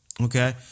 Okay